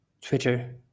Twitter